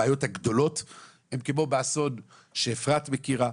הבעיות הגדולות הן כמו באסון שאפרת מכירה,